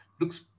Looks